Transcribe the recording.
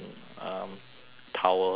towel to shower